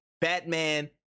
Batman